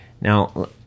Now